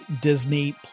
Disney